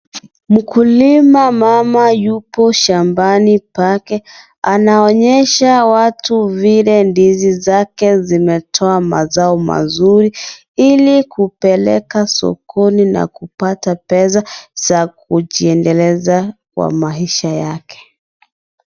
Mukulima, mama yupo shambani, pake, anaonyesha watu vile ndizi zake zimetoa mazao mazuri, ili kupeleka sokoni na kupata pesa, za kujiendeleza, kwa maisha yake.